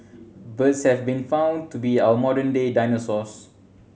birds have been found to be our modern day dinosaurs